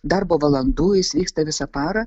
darbo valandų jis vyksta visą parą